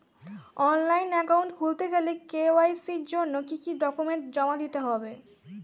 Online account খুলতে গেলে KYC জন্য কি কি ডকুমেন্ট জমা দিতে হবে?